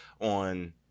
on